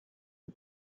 the